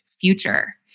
future